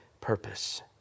purpose